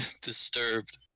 disturbed